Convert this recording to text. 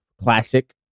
classic